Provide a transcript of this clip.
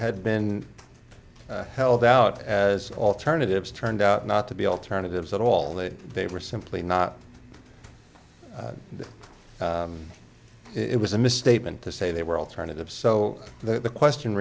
had been held out as alternatives turned out not to be alternatives at all that they were simply not it was a misstatement to say they were alternative so the question